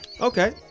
okay